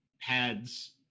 pads